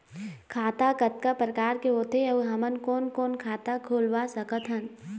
खाता कतका प्रकार के होथे अऊ हमन कोन कोन खाता खुलवा सकत हन?